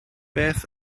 beth